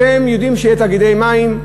אתם יודעים שיש תאגידי מים,